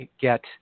get